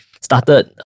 started